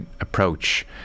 approach